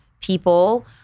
people